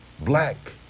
black